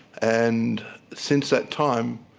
and since that time,